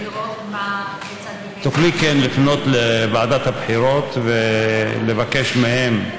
תוכלי לפנות לוועדת הבחירות ולבקש מהם.